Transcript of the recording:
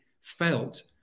felt